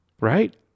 Right